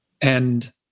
And-